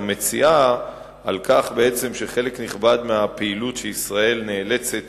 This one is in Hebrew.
המציעה על כך שחלק נכבד מהפעילות שישראל נאלצת